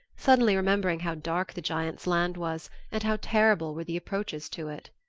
suddenly remembering how dark the giants' land was and how terrible were the approaches to it.